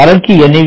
कारण कि एन